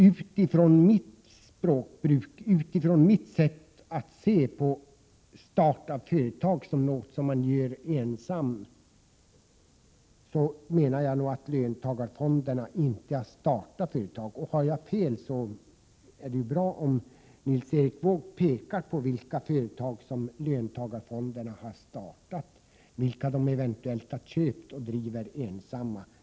Utifrån mitt språkbruk och utifrån mitt sätt att se på begreppet ”starta företag” som något som man gör ensam menar jag nog att löntagarfonderna inte har startat företag. Har jag fel är det bra om Nils Erik Wååg utpekar de företag som löntagarfonderna har startat, vilka de eventuellt har köpt och driver ensamma.